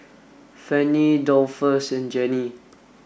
Fannye Dolphus and Jenni